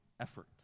effort